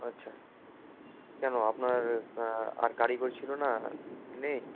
আচ্ছা কেন আপনার আর কারিগর ছিলো না নেই